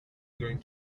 going